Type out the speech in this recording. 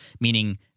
meaning